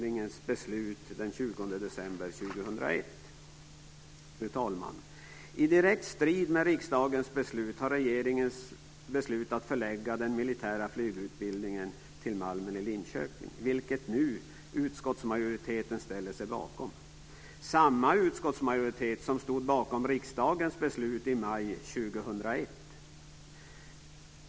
I direkt strid med riksdagens beslut har regeringen beslutat att förlägga den militära flygutbildningen till Malmen i Linköping, vilket utskottsmajoriteten nu ställer sig bakom. Det var samma utskottsmajoritet som stod bakom riksdagens beslut i maj 2001.